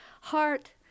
heart